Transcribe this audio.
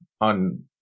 on